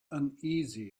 uneasy